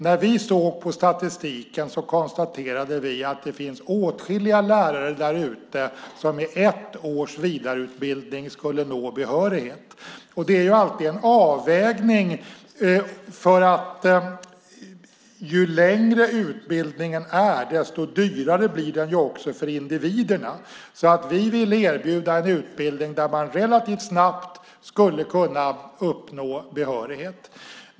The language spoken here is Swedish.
När vi såg på statistiken konstaterade vi att det finns åtskilliga lärare därute som med ett års vidareutbildning skulle nå behörighet. Det är alltid en avvägning. Ju längre utbildningen är desto dyrare blir den också för individerna. Vi vill erbjuda en utbildning där man relativt snabbt skulle kunna uppnå behörighet.